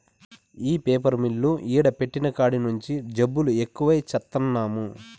ఈ paper mill ఈడ పెట్టిన కాడి నుంచే జబ్బులు ఎక్కువై చత్తన్నాము